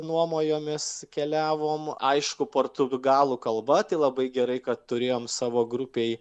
nuomojomės keliavom aišku portugalų kalba tai labai gerai kad turėjom savo grupėj